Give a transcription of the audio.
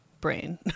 brain